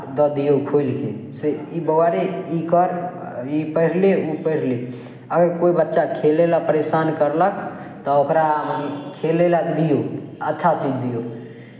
दऽ दियौ खोलि कऽ से ई बौआ रे ई कर ई पढ़ि ले ओ पढ़ि ले अगर कोइ बच्चा खेलय लेल परेशान करलक तऽ ओकरा खेलय लेल दियौ अच्छा चीज दियौ